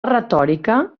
retòrica